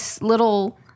little